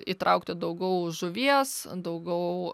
įtraukti daugiau žuvies daugiau